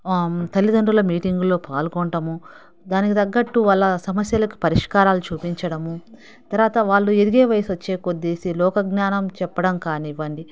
తల్లిదండ్రుల మీటింగుల్లో పాల్గొనటము దానికి తగ్గట్టు వాళ్ళ సమస్యలకు పరిష్కారాలు చూపించడము తరువాత వాళ్ళు ఎదిగే వయసొచ్చే సరికి లోకజ్ఞానం చెప్పడం కానివ్వండి